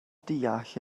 deall